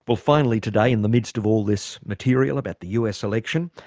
well finally today in the midst of all this material about the us election,